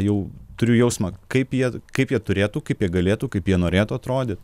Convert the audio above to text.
jau turiu jausmą kaip jie kaip jie turėtų kaip galėtų kaip jie norėtų atrodyt